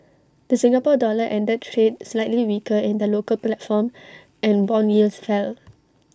the Singapore dollar ended trade slightly weaker in the local platform and Bond yields fell